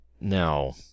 Now